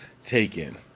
taken